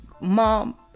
mom